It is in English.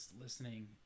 listening